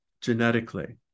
genetically